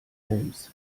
helms